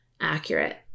accurate